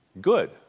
Good